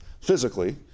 physically